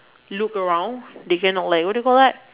look around they cannot like what do you call that